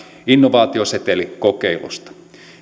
innovaatiosetelikokeilusta